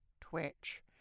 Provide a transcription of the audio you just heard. Twitch